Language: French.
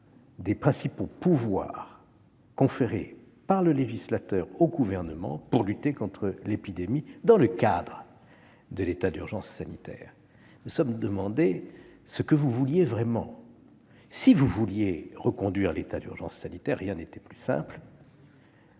des principaux pouvoirs conférés par le législateur au Gouvernement pour lutter contre l'épidémie dans le cadre de l'état d'urgence sanitaire. Nous nous sommes demandé ce que vous vouliez vraiment, monsieur le secrétaire d'État. Si vous vouliez reconduire l'état d'urgence sanitaire, rien n'était plus simple